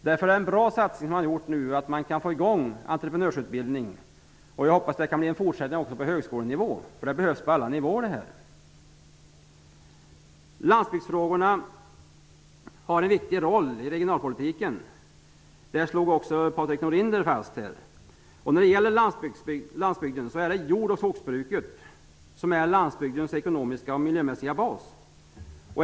Därför är det en bra satsning att få i gång entreprenörsutbildning. Jag hoppas också att det kan bli en fortsättning på högskolenivå. Utbildningen behövs på alla nivåer. Landsbygdsfrågorna har en viktig roll i regionalpolitiken. Det slog också Patrik Norinder fast. Jord och skogsbruket är landsbygdens ekonomiska och miljömässiga bas.